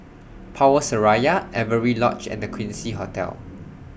Power Seraya Avery Lodge and The Quincy Hotel